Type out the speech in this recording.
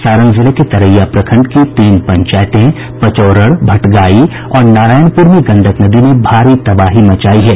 सारण जिले के तरैया प्रखंड की तीन पंचायतें पचौड़र भटगायी और नारायणपुर में गंडक नदी ने भारी तबाही मचायी है